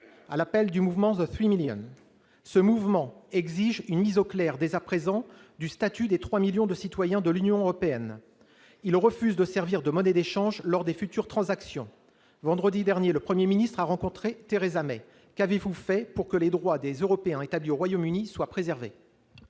à l'appel du mouvement The 3 Million, qui exige une clarification, dès à présent, du statut des 3 millions de citoyens de l'Union européenne résidant au Royaume-Uni. Ces derniers refusent de servir de monnaie d'échange lors des futures transactions. Vendredi dernier, le Premier ministre a rencontré Theresa May. Qu'avez-vous fait pour que les droits des Européens établis au Royaume-Uni soient préservés ?